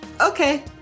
okay